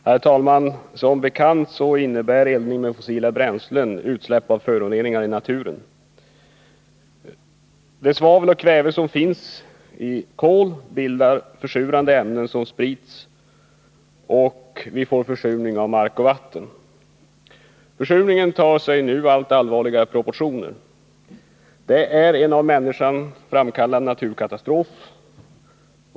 Herr talman! Som bekant innebär eldning med fossila bränslen utsläpp av föroreningar i naturen. Det svavel och det kväve som finns i kol bildar försurande ämnen som sprids, och vi får en försurning av mark och vatten. Försurningen får nu allt allvarligare proportioner. Den är en av människan framkallad naturkatastrof.